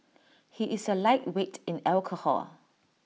he is A lightweight in alcohol